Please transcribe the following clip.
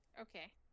Okay